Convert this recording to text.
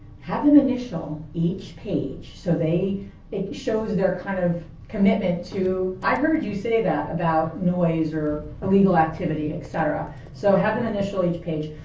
have them initial each page, so it shows their kind of commitment to, i heard you say that about noise or illegal activity, et cetera. so have them initial each page,